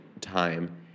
time